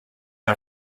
are